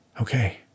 Okay